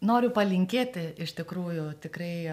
noriu palinkėti iš tikrųjų tikrai